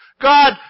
God